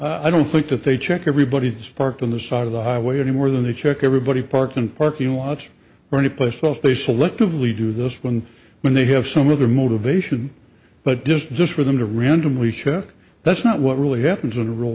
true i don't think that they check everybody's parked on the side of the highway any more than they check everybody parked in parking lots or anyplace else they selectively do this one when they have some other motivation but just just for them to randomly check that's not what really happens in the real